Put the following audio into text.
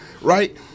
Right